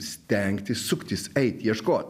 stengtis suktis eit ieškot